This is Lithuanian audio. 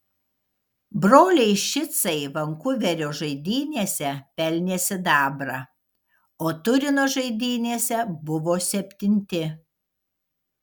broliai šicai vankuverio žaidynėse pelnė sidabrą o turino žaidynėse buvo septinti